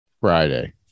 Friday